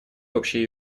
общий